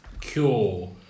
cure